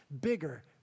bigger